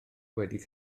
wedi